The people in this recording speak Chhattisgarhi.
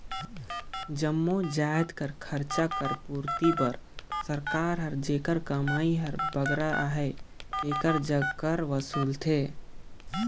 जम्मो जाएत कर खरचा कर पूरती बर सरकार हर जेकर कमई हर बगरा अहे तेकर जग कर वसूलथे